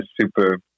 super